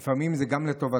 יוסף, לפעמים זה גם לטובתך.